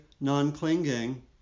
non-clinging